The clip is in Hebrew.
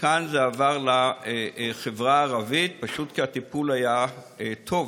וכאן זה עבר לחברה הערבית פשוט כי הטיפול היה טוב,